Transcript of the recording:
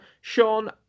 Sean